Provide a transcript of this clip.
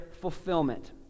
fulfillment